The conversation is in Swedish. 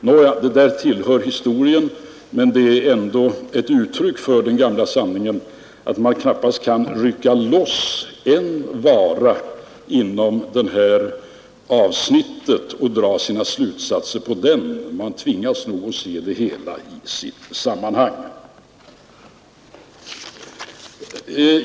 Nåja, det där tillhör historien, men det är ändå ett uttryck för den gamla sanningen att man knappast kan rycka loss en vara inom det här avsnittet och dra sina slutsatser efter den. Man tvingas nog att se det hela i sitt sammanhang.